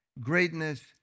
Greatness